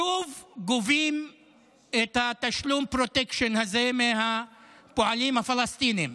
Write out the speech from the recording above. שוב גובים את תשלום הפרוטקשן הזה מהפועלים הפלסטינים.